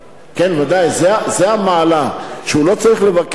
כן, ודאי, זה המעלה, שהוא לא צריך לבקש.